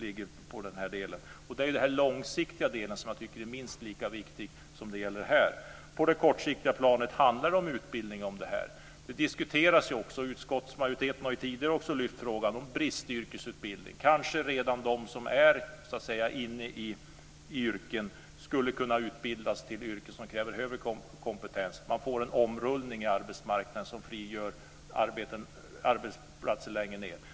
Jag tycker att det långsiktiga arbetet är minst lika viktigt här. På det kortsiktiga planet handlar det om utbildning om detta. Det diskuteras ju också. Utskottsmajoriteten har tidigare lyft fram frågan om bristyrkesutbildning. De som redan har ett yrke skulle kanske kunna utbildas till yrken som kräver högre kompetens. Då skulle man få en omrullning i arbetsmarknaden som frigör arbeten längre ned.